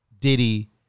Diddy